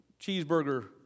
cheeseburger